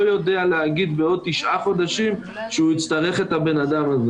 יודע להגיד בעוד תשעה חודשים שהוא יצטרך את הבנאדם הזה,